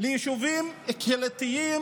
ליישובים קהילתיים